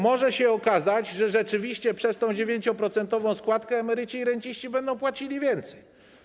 Może okazać się, że rzeczywiście przez tę 9-procentową składkę emeryci i renciści będą płacili więcej.